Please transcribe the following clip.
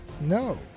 No